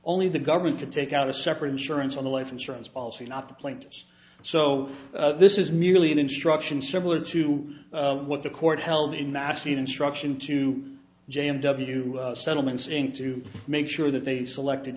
only the government could take out a separate insurance on the life insurance policy not the plaintiffs so this is merely an instruction similar to what the court held in massive instruction to james w settlement seeing to make sure that they selected